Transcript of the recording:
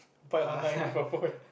buy online with a phone